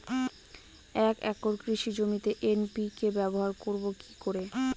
এক একর কৃষি জমিতে এন.পি.কে ব্যবহার করব কি করে?